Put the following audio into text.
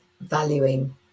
valuing